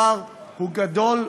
הפער הוא גדול,